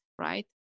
right